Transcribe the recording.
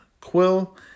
Quill